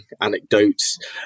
anecdotes